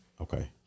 Okay